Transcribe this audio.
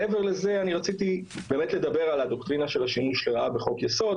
מעבר לזה רציתי לדבר על הדוקטרינה של השימוש לרעה בחוק יסוד.